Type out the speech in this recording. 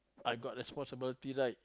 I got responsibility right